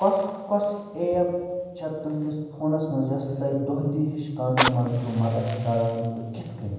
کۄس کۄس ایپ چھےٚ تُہٕنٛدِس فونَس منٛز یۄس تۄہہِ دۄہ دیٖہِش کامٮ۪ن منٛز چھو مدتھ کران تہٕ کِتھ کٔنۍ